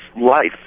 life